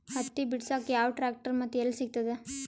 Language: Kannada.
ಹತ್ತಿ ಬಿಡಸಕ್ ಯಾವ ಟ್ರ್ಯಾಕ್ಟರ್ ಮತ್ತು ಎಲ್ಲಿ ಸಿಗತದ?